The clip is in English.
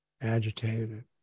agitated